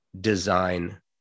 design